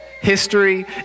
History